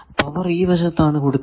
power ഈ വശത്താണ് കൊടുക്കുന്നത്